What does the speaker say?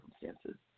circumstances